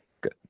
Good